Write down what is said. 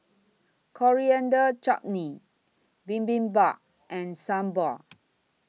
Coriander Chutney Bibimbap and Sambar